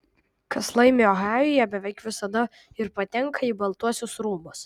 kas laimi ohajuje beveik visada ir patenka į baltuosius rūmus